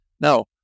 Now